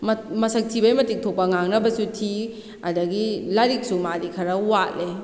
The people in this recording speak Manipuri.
ꯃꯁꯛ ꯊꯤꯕꯩ ꯃꯇꯤꯛ ꯊꯣꯛꯄ ꯉꯥꯡꯅꯕꯁꯨ ꯊꯤ ꯑꯗꯒꯤ ꯂꯥꯏꯔꯤꯛꯁꯨ ꯃꯥꯗꯤ ꯈꯔ ꯋꯥꯠꯂꯦ